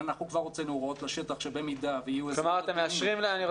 אנחנו כבר הוצאנו הוראות לשטח שבמידה ויהיו --- כלומר אתם מאשרים להם.